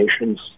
nations